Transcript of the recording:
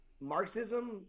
Marxism